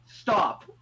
stop